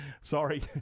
Sorry